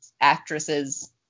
actresses